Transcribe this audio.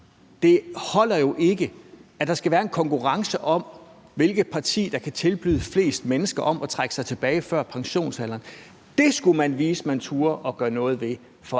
Det holder jo ikke, at der skal være en konkurrence om, hvilket parti der kan tilbyde flest mennesker at trække sig tilbage før pensionsalderen. Det skulle man vise at man turde at gøre noget ved, altså